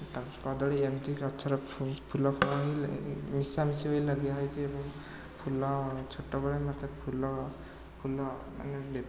ତା'ପରେ କଦଳୀ ଏମିତି ଗଛର ଫୁଲଫଳ ହେଲେ ମିଶାମିଶି ହୋଇ ଲଗିଆ ହୋଇଛି ଏବଂ ଫୁଲ ଛୋଟବେଳେ ମୋତେ ଫୁଲ ଫୁଲ ମାନେ